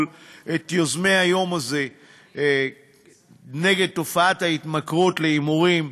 אני מברך את יוזמי היום הזה נגד תופעת ההתמכרות להימורים.